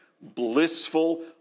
blissful